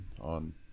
on